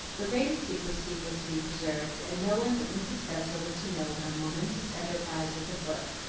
the greatest secrecy was to be preserved, and no one but mrs. spenser was to know what a momentous enterprise was afoot.